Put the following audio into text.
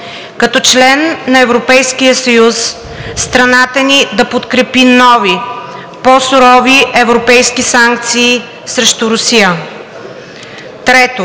като член на Европейския съюз страната ни да подкрепи нови по-сурови европейски санкции срещу Русия. Трето,